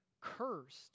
Cursed